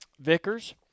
Vickers